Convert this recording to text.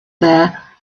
there